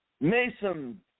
Mason